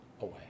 away